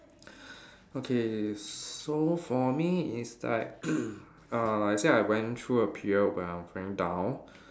okay so for me it's like uh I say I went through a period when I feeling down